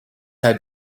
had